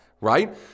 right